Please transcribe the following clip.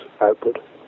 output